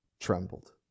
trembled